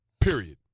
period